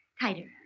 Tighter